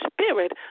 spirit